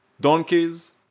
donkeys